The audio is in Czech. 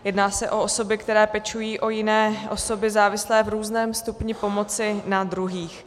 Jedná se o osoby, které pečují o jiné osoby závislé v různém stupni pomoci na druhých.